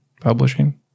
publishing